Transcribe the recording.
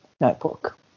notebook